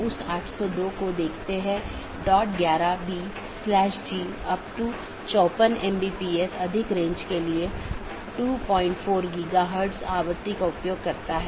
कुछ और अवधारणाएं हैं एक राउटिंग पॉलिसी जो महत्वपूर्ण है जोकि नेटवर्क के माध्यम से डेटा पैकेट के प्रवाह को बाधित करने वाले नियमों का सेट है